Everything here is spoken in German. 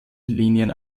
linien